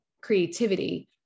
creativity